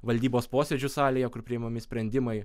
valdybos posėdžių salėje kur priimami sprendimai